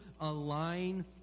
align